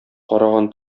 караган